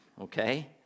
okay